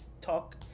talk